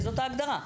זאת ההגדרה.